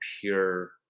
pure